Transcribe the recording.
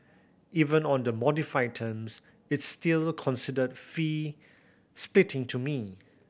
even on the modified terms it's still considered fee spitting to me